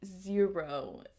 zero